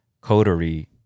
coterie